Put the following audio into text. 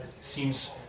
seems